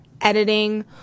editing